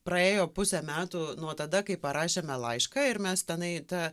praėjo pusę metų nuo tada kai parašėme laišką ir mes tenai ta